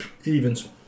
Stevens